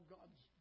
God's